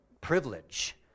privilege